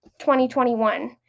2021